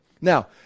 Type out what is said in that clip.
Now